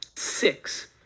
Six